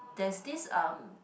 there's this um